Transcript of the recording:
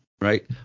right